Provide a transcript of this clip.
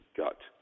gut